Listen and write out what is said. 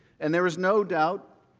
and there is no doubt,